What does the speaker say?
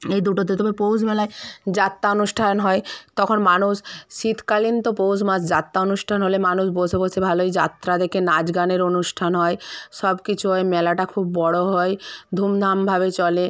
এই দুটোতে তবে পৌষ মেলায় যাত্রা অনুষ্ঠান হয় তখন মানুষ শীতকালীন তো পৌষ মাস যাত্রা অনুষ্ঠান হলে মানুষ বসে বসে ভালোই যাত্রা দেখে নাচ গানের অনুষ্ঠান হয় সব কিছু ওই মেলাটা খুব বড়ো হয় ধুমধামভাবে চলে